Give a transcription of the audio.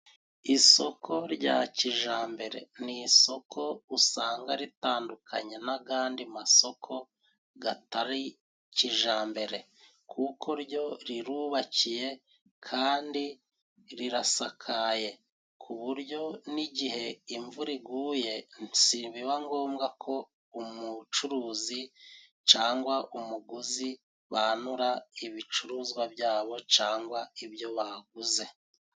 Isoko rya kijambere, ni isoko usanga ritandukanye n'agandi masoko gatari kijambere kuko ryo rirubakiye kandi rirasakaye ku buryo n'igihe imvura iguye, si biba ngombwa ko umucuruzi cangwa umuguzi banura ibicuruzwa byabo cangwa ibyo baguze.